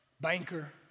banker